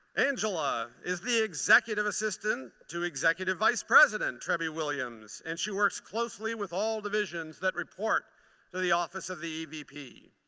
angela is the executive assistant to executive vice president trebby williams. and she works closely with all divisions that report so the office of the evp.